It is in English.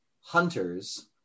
hunters